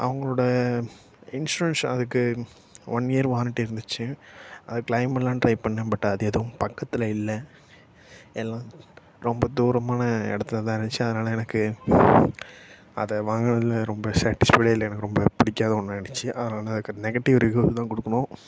அவங்களோட இன்சூரன்ஸ் அதுக்கு one year warranty இருந்துச்சு அதுக்கு க்ளைம் பண்லாம்னு ட்ரை பண்ணேன் பட் அது எதுவும் பக்கத்தில் இல்லை எல்லாம் ரொம்ப தூரமான இடத்துல தான் இருந்துச்சு அதனால் எனக்கு அதை வாங்கினதுல ரொம்ப சாட்டிஸ்ஃபைடு இல்லை எனக்கு ரொம்பப் பிடிக்காத ஒன்றாயிடுச்சு அதனால் நெகட்டிவ் ரிவ்யூவ் தான் கொடுக்கணும்